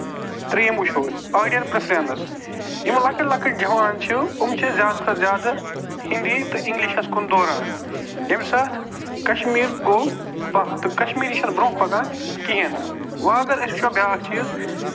ترٛیٚیُم وُچھو أسۍ آرڈِیَن پریفرینس یِم لۅکٔٹۍ لۅکٔٹۍ جَوان چھِ یِم چھِ زیادٕ کھۄتہٕ زیادٕ ہیندی تہٕ اِنگلِشَس کُن دوران ییٚمہِ ساتہٕ کَشمیٖر گوٚو تہٕ پختہٕ کشمیٖری چھَ نہٕ برٛونٛہہ پَکان کِہیٖنٛۍ نہٕ وۅنۍ اَگر أسۍ وُچھو بیٛاکھ چیٖز